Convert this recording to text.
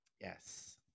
Yes